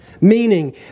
Meaning